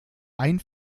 ein